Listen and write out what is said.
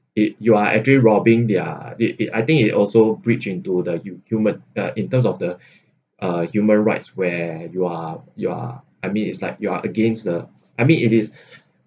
it you are actually robbing there it it I think it also breach into the human uh in terms of the uh human rights where you are you are I mean it's like you're against the I mean it is